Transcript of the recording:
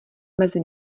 mezi